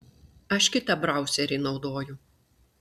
aš kitą brauserį naudoju